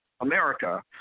America